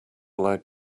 allowed